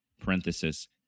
parenthesis